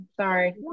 sorry